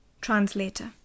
Translator